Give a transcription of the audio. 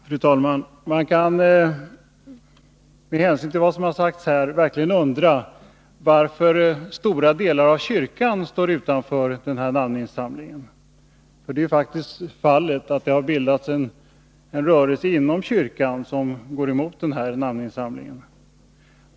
Fru talman! Man kan med hänsyn till vad som här sagts verkligen undra varför en stor del av kyrkan står utanför den här namninsamlingen. Det har faktiskt bildats en rörelse inom kyrkan som går emot denna namninsamling.